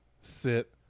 sit